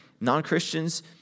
non-Christians